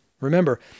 Remember